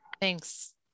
Thanks